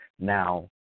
Now